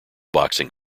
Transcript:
boxing